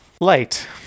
light